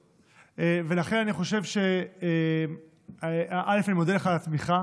ולכן אני מודה לך על התמיכה